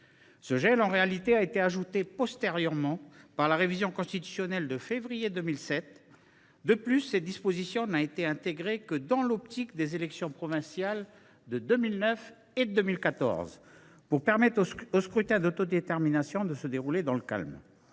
ce gel a été ajouté postérieurement, par la révision constitutionnelle de février 2007. De plus, cette disposition n’a été intégrée que dans la perspective des élections provinciales de 2009 et de 2014, pour permettre aux scrutins d’autodétermination de se dérouler dans le calme.